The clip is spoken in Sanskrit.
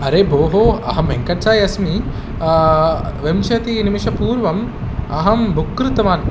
अरे भोः अहं वेङ्कट् साई अस्मि विंशतिः निमिषपूर्वम् अहं बुक् कृतवान्